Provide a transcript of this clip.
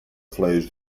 flows